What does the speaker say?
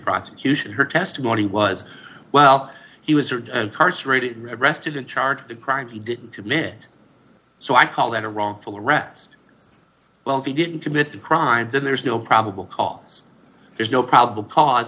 prosecution her testimony was well he was charged rated rested in charge of a crime he didn't commit so i call that a wrongful arrest well if he didn't commit the crime then there's no probable cause there's no probable cause